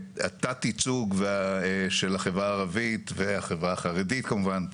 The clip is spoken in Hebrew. שהתת ייצוג של החברה הערבית והחברה החרדית כמובן,